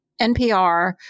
NPR